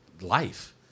life